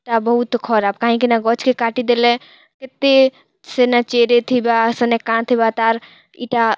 ଟା ବହୁତ ଖରାପ କାହିଁକିନା ଗଛକେ କାଟିଦେଲେ ଏତେ ସେନେ ଚେରେ ଥିବା ସେନେ କାଁ ଥିବା ତା'ର ଏଟା